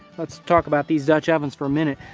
let's talk about these dutch ovens for a minute.